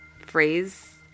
phrase